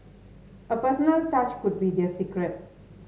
a personal touch could be their secret